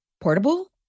portable